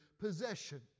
possession